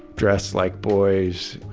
dress like boys,